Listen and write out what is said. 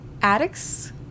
Addicts